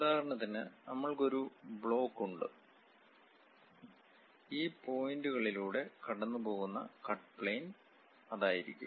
ഉദാഹരണത്തിന് നമ്മൾക്ക് ഒരു ബ്ലോക്ക് ഉണ്ട് ഈ പോയിന്റുകളിലൂടെ കടന്നുപോകുന്ന കട്ട് പ്ളയിൻ അതായിരിക്കാം